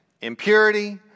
impurity